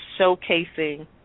showcasing